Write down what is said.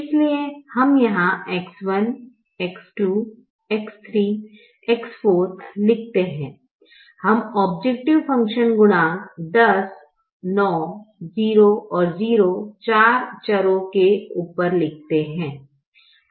इसलिए हम यहां X1 X2 X3 X4 लिखते हैं हम औब्जैकटिव फ़ंक्शन गुणांक 10 9 0 और 0 चार चरों के ऊपर लिखते हैं